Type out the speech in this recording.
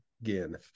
again